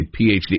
PhD